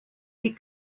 die